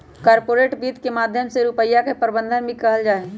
corporate वित्त के माध्यम से रुपिया के प्रबन्धन भी कइल जाहई